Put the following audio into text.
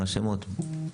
מה השמות?